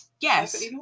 Yes